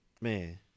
Man